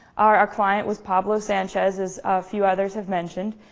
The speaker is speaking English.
our ah client was pablo sanchez, as a few others have mentioned.